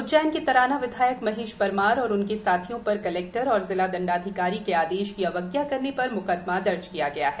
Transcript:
उज्जैन के तराना विधायक महेश परमार और उनके साथियों पर कलेक्टर एवं जिला दंडाधिकारी के आदेश की अवज्ञा करने पर म्कदमा दर्ज किया है